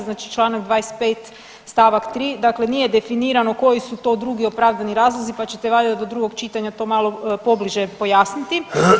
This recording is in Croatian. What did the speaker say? Znači članak 23. stavak 3. dakle nije definirano koji su to drugi opravdani razlozi, pa ćete valjda do drugog čitanja to malo pobliže pojasniti.